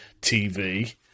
TV